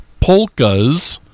polka's